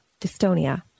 dystonia